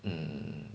mm